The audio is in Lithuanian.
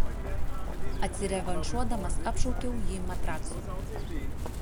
atsirevanšuodamas apšaukiau jį matracu